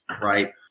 right